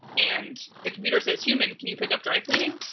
and the computer says, human, can you pick up dry-cleaning?